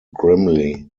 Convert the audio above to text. grimly